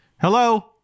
Hello